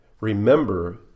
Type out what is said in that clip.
Remember